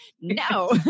no